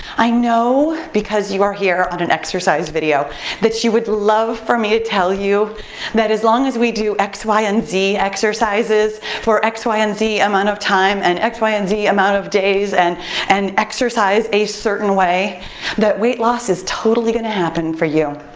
i know because you are here on an exercise video that you would love for me to tell you that as long as we do x, y, and z exercises for x, y, and z amount of time and x, y, and z amount of days and and exercise a certain way that weight loss is totally gonna happen for you.